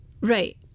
Right